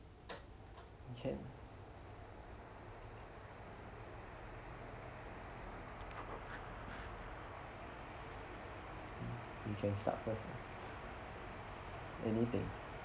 you can you can start first ah anything